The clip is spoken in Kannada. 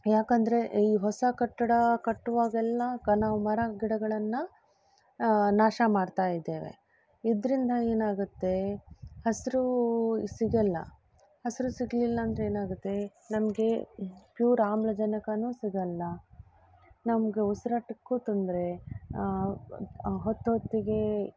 ಯಾಕಂದರೆ ಈ ಹೊಸ ಕಟ್ಟಡ ಕಟ್ಟುವಾಗೆಲ್ಲ ನಾವು ಮರ ಗಿಡಗಳನ್ನು ನಾಶ ಮಾಡ್ತಾ ಇದ್ದೇವೆ ಇದರಿಂದ ಏನಾಗುತ್ತೆ ಹಸಿರು ಸಿಗಲ್ಲ ಹಸಿರು ಸಿಗಲಿಲ್ಲ ಅಂದರೆ ಏನಾಗುತ್ತೆ ನಮಗೆ ಪ್ಯೂರ್ ಆಮ್ಲಜನಕನೂ ಸಿಗಲ್ಲ ನಮಗೆ ಉಸಿರಾಟಕ್ಕೂ ತೊಂದರೆ ಹೊತ್ತೊತ್ತಿಗೆ